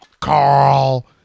Carl